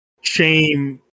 shame